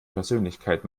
persönlichkeit